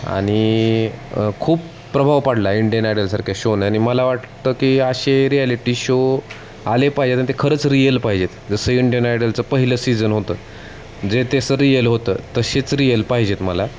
आणि खूप प्रभाव पाडला इंडियन आयडलसारख्या शोनं आणि मला वाटतं की असे रिॲलिटी शो आले पाहिजेत आणि ते खरंच रियल पाहिजेत जसं इंडियन आयडलचं पहिलं सीजन होतं जे ते स रियल होतं तसेच रियल पाहिजेत मला